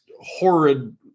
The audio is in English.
horrid